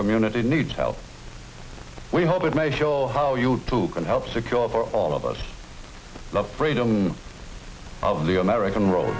community needs help we hope it may show how you too can help secure for all of us the freedom of the american role